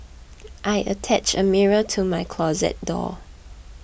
I attached a mirror to my closet door